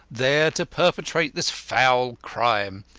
there to perpetrate this foul crime,